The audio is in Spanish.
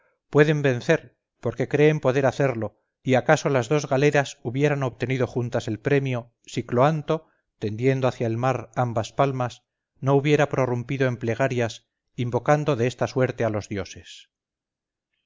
pueden vencer porque creen poder hacerlo y acaso las dos galeras hubieran obtenido juntas el premio si cloanto tendiendo hacia el mar ambas palmas no hubiera prorrumpido en plegarias invocando de esta suerte a los dioses